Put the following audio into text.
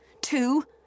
two